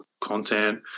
content